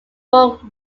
fort